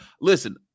listen